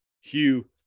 Hugh